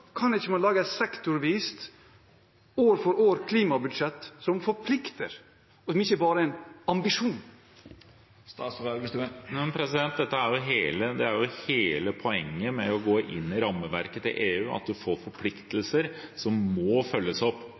kan man ikke lage et sektorvist år-for-år-klimabudsjett som forplikter, og som ikke bare er en ambisjon? Hele poenget med å gå inn i EUs rammeverk er jo at man får forpliktelser som må følges opp.